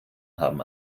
haben